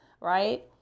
right